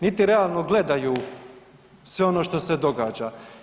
Niti realno gledaju sve ono što se događa.